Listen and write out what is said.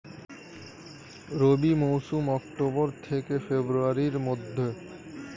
রবি মৌসুম অক্টোবর থেকে ফেব্রুয়ারির মধ্যে